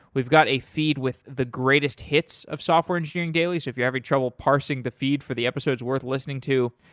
we've got a feed with the greatest hits of software engineering daily. so if you have any trouble parsing the feed for the episodes worth listening to,